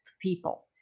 people